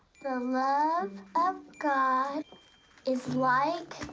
the love of god is like